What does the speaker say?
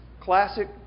classic